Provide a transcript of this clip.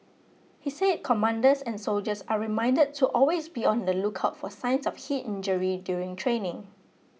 he said commanders and soldiers are reminded to always be on the lookout for signs of heat injury during training